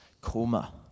coma